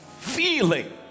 feeling